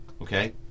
okay